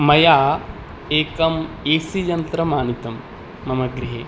मया एकम् A C यन्त्रम् आनीतं मम गृहे